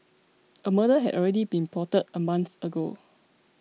a murder had already been plotted a month ago